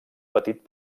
petit